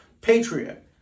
patriot